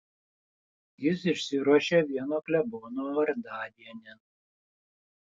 jis išsiruošė vieno klebono vardadienin